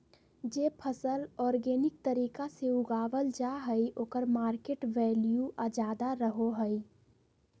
जे फसल ऑर्गेनिक तरीका से उगावल जा हइ ओकर मार्केट वैल्यूआ ज्यादा रहो हइ